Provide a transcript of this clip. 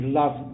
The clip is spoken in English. love